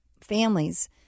families